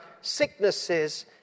sicknesses